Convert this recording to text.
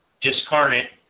discarnate